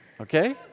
okay